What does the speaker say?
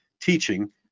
teaching